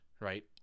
right